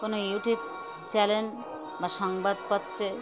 কোনো YouTube channel বা সংবাদপত্রে